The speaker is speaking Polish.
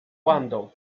bandą